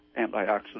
antioxidant